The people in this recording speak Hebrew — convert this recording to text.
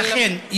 לכן,